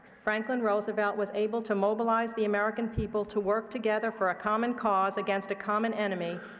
franklin roosevelt was able to mobilize the american people to work together for a common cause against a common enemy,